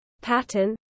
pattern